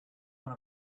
one